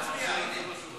ההצעה